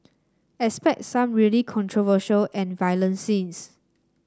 expect some really controversial and violent scenes